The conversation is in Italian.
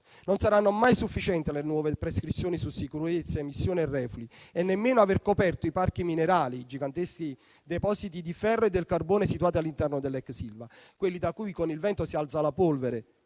Non saranno mai sufficienti le nuove prescrizioni su sicurezza, emissioni e reflui e nemmeno aver coperto i parchi minerali, giganteschi depositi di ferro e di carbone situati all'interno dell'ex Ilva, quelli da cui, con il vento, si alzava la polvere